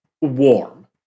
warm